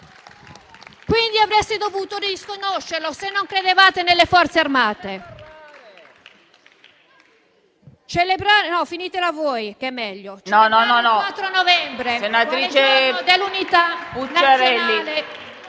Quindi, avreste dovuto disconoscerlo, se non credevate nelle Forze armate!